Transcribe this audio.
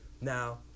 Now